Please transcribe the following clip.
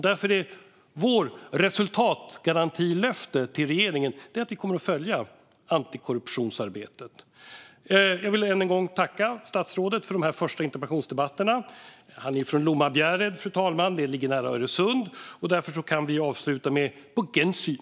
Därför är vårt resultatgarantilöfte till regeringen att vi kommer att följa antikorruptionsarbetet. Jag vill än en gång tacka statsrådet för de här första interpellationsdebatterna. Han är från Lomma-Bjärred, fru talman. Det ligger nära Öresund. Därför kan vi avsluta med: På gensyn!